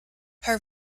her